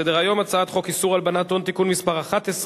הצעת חוק איסור הלבנת הון (תיקון מס' 11)